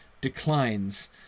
declines